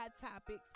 topics